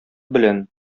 белән